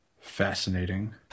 Fascinating